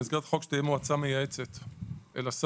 במסגרת החוק, שתהיה מועצה מייעצת לשר.